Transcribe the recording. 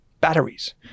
batteries